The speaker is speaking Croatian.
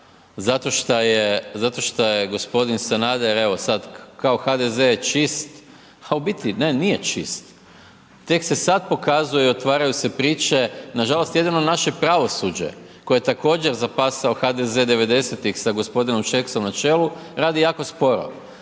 zato što je g. Sanader evo, sad kao HDZ je čist, a u biti, ne nije čist. Tek se sad pokazuje i otvaraju se priče, nažalost jedino naše pravosuđe koje također HDZ 90-ih sa g. Šeksom na čelu, radi jako sporo.